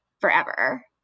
forever